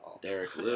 Derek